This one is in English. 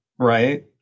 Right